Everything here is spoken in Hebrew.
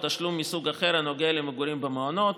או תשלום מסוג אחר הנוגע למגורים במעונות,